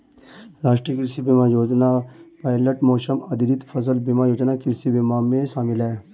राष्ट्रीय कृषि बीमा योजना पायलट मौसम आधारित फसल बीमा योजना कृषि बीमा में शामिल है